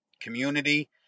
community